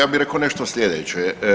Ja bih rekao nešto sljedeće.